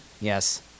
Yes